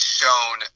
shown